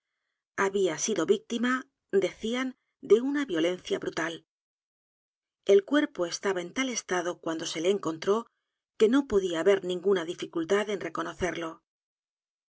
había sido víctima decían de una violencia brutal el cuerpo estaba en tal estado cuando se le encontró que no podía haber ninguna dificultad en reconocerlo